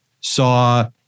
saw